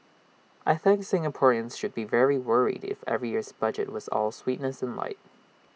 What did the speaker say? I think Singaporeans should be very worried if every year's budget was all sweetness and light